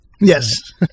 Yes